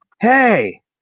hey